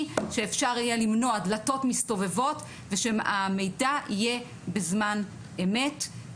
כדי שאפשר יהיה למנוע דלתות מסתובבות ושהמידע יהיה בזמן אמת.